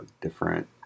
different